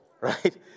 right